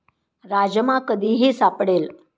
राजमा कधीही सापडेल